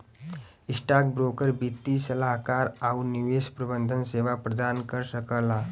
stockbroker वित्तीय सलाहकार आउर निवेश प्रबंधन सेवा प्रदान कर सकला